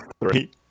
three